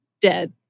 dead